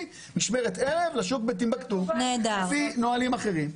ומשמרת ערב לשוק בטימבקטו לפי נהלים אחרים.